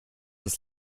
das